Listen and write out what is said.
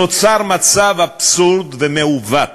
נוצר מצב אבסורדי ומעוות